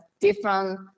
different